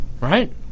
Right